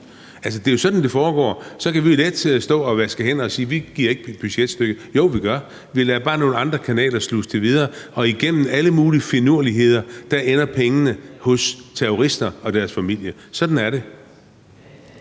det er jo sådan, det foregår. Så kan vi jo altid stå og vaske hænder og sige: Vi giver ikke budgetstøtte. Jo, vi gør. Vi lader bare nogle andre kanaler sluse det videre, og igennem alle mulige finurligheder ender pengene hos terrorister og deres familier. Sådan er det.